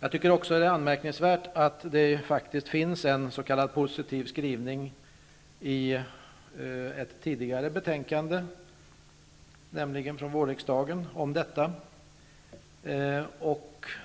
Det är också anmärkningsvärt att det finns en s.k. positiv skrivning i denna fråga i ett betänkande som lades fram tidigare i våras.